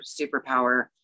superpower